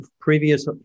previous